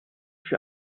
für